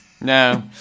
No